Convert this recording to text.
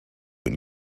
and